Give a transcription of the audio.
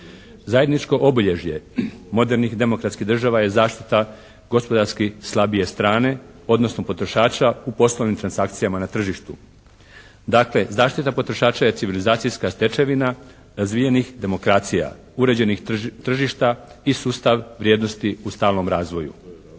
Zajedničko obilježje modernih demokratskih država je zaštita gospodarske slabije strane, odnosno potrošača u poslovnim transakcijama na tržištu. Dakle, zaštita potrošača je civilizacijska stečevina razvijenih demokracija uređenih tržišta i sustav vrijednosti u stalnom razvoju.